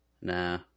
Nah